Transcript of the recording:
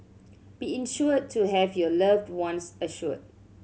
be insured to have your loved ones assured